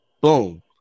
boom